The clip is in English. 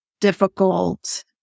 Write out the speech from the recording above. difficult